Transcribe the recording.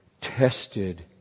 tested